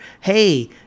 Hey